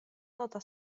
nota